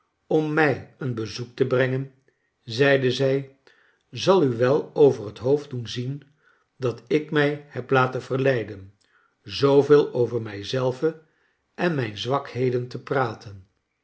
om mij een b zoek te brengen zeide zij zal u wel over het hoofd doen zien dat ik mij heb laten verleiden zooveel over mij zelve en mijn zwakheden te praten